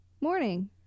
morning